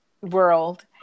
world